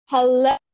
Hello